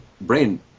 brain